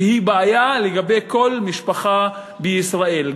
שהיא בעיה לגבי כל משפחה בישראל,